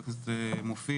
חבר הכנסת מופיד,